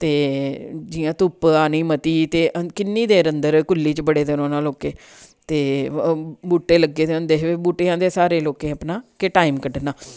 ते जियां धुप्प आनी मती ते किन्नी देर अन्दर कुल्ली च बड़े दे रौह्ना लोकें ते बूह्टे लग्गे दे होंदे हे बूह्टेआं दे स्हारे लोकें अपना के टाईम कढना